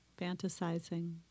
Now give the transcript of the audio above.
fantasizing